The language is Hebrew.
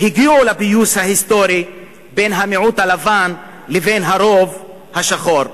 הגיעו לפיוס ההיסטורי בין המיעוט הלבן לבין הרוב השחור.